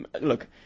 look